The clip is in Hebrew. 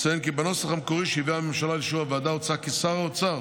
אציין כי בנוסח המקורי שהביאה הממשלה לאישור הוועדה הוצע כי שר האוצר